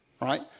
right